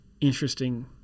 interesting